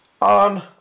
on